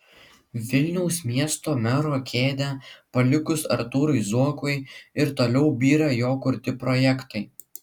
vilniaus miesto mero kėdę palikus artūrui zuokui ir toliau byra jo kurti projektai